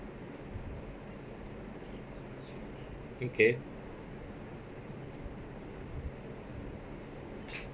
okay